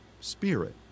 spirit